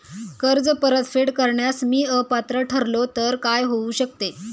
कर्ज परतफेड करण्यास मी अपात्र ठरलो तर काय होऊ शकते?